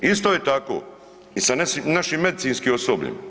Isto je tako i sa našim medicinskim osobljem.